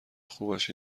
خوبش